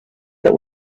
that